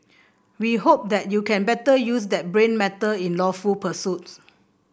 we hope that you can better use that brain matter in lawful pursuits